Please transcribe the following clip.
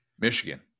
Michigan